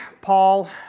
Paul